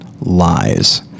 lies